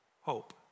hope